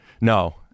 No